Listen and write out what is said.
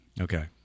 Okay